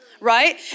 right